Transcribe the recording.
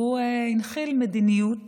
והוא הנחיל מדיניות